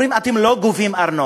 אומרים: אתם לא גובים ארנונה.